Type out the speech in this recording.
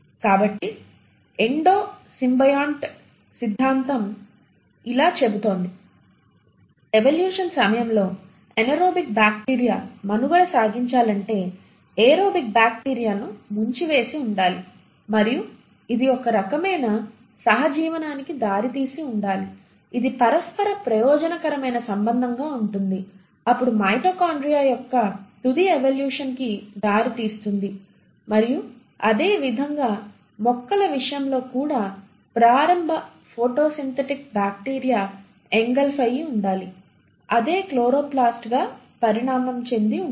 కాబట్టి endosymbiont సిద్ధాంతం ఇలా చెబుతోంది ఎవల్యూషన్ సమయంలో అనారోబిక్ బ్యాక్టీరియా మనుగడ సాగించాలంటే ఏరోబిక్ బ్యాక్టీరియాను ముంచివేసి ఉండాలి మరియు ఇది ఒకరకమైన సహజీవనానికి దారితీసి ఉండాలి ఇది పరస్పర ప్రయోజనకరమైన సంబంధంగా ఉంటుంది అప్పుడు మైటోకాండ్రియా యొక్క తుది ఎవల్యూషన్ కి దారి తీస్తుంది మరియు అదేవిధంగా మొక్కల విషయంలో కూడా ప్రారంభ ఫోటోసింధటిక్ బ్యాక్టీరియా ఎంగల్ఫ్ అయ్యి ఉండాలి అదే క్లోరోప్లాస్ట్గా పరిణామం చెంది ఉంటుంది